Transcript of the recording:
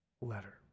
letter